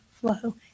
flow